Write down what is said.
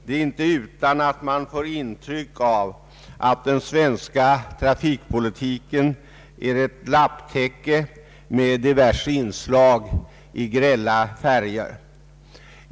Det är inte utan att man får ett intryck av att den svenska trafikpolitiken är ett lapptäcke med diverse inslag i grälla färger.